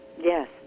Yes